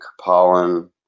pollen